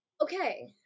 Okay